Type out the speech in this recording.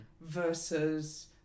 versus